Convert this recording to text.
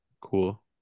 cool